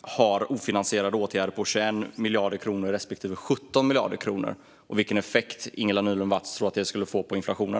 har ofinansierade åtgärder på 21 miljarder kronor respektive 17 miljarder kronor. Vilken effekt tror Ingela Nylund Watz att det skulle få på inflationen?